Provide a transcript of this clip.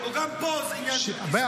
או גם פה זה עניין של --- שמעון ולוי,